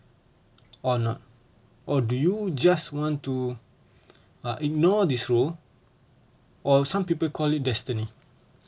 or not or do you just want to uh ignore this role or some people call it destiny